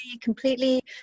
completely